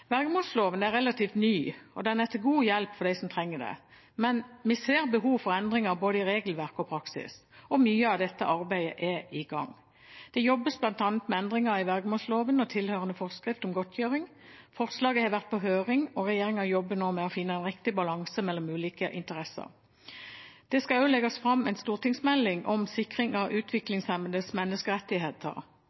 er relativt ny, og den er til god hjelp for dem som trenger det, men vi ser behov for endringer i både regelverk og praksis. Mye av dette arbeidet er i gang. Det jobbes bl.a. med endringer i vergemålsloven og tilhørende forskrift om godtgjøring. Forslaget har vært på høring, og regjeringen jobber nå med å finne en riktig balanse mellom ulike interesser. Det skal også legges fram en stortingsmelding om sikring av utviklingshemmedes menneskerettigheter.